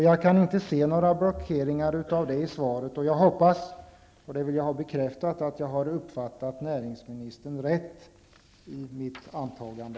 Jag kan inte se några blockeringar för det i svaret. Jag hoppas -- och det vill jag ha bekräftat -- att jag har uppfattat näringsministern rätt i mitt antagande.